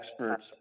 experts